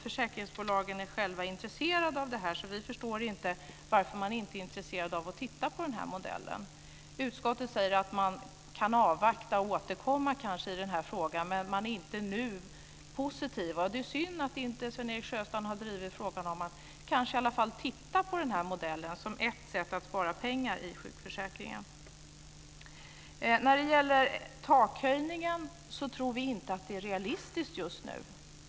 Försäkringsbolagen är själva intresserade av det här, så vi förstår inte varför man inte är intresserad av att titta närmare på den modellen. Utskottet säger att man kan avvakta och kanske återkomma i den här frågan, men att man inte nu är positiv. Det är synd att inte Sven-Erik Sjöstrand har drivit frågan om att kanske i alla fall titta på den här modellen som ett sätt att spara pengar i sjukförsäkringen. Vi tror inte att en takhöjning är realistisk just nu.